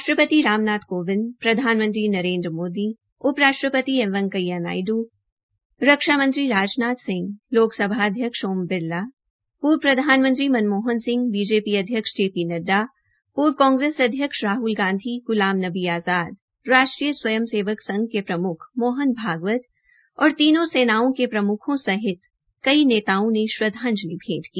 राष्टप्रति राम नाथ कोविंद प्रधानमंत्री नरेन्द्र मोदी उप राष्ट्रपति एम वैकेंया नायडू रक्षा मंत्री राजनाथ सिंह लोकसभा अध्यक्ष ओम बिरला पूव प्रधानमंत्री मनमोहन सिंह बीजेपी अध्यक्ष जे पी नड्डा पूर्व कांग्रेस अध्यक्ष राहल गांधी ग्लाम नबी आज़ाद राष्ट्रीय स्वयं सेवक संघ के प्रमुख मोहन भागवत और तीनों सेनाओं के प्रम्खों सहित कई नेताओं ने श्रद्धांजलि भेंट की